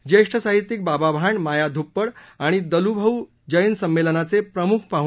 ज्येष्ठ साहित्यिक बाबा भांड माया ध्र्प्पड आणि दलूभाऊ जैन समेलनाचे प्रमुख पाहणे आहेत